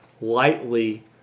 lightly